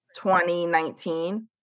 2019